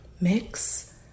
mix